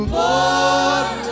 more